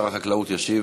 שר החקלאות ישיב,